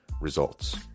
Results